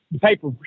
paper